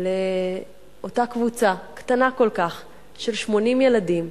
לאותה קבוצה קטנה כל כך של 80 ילדים,